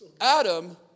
Adam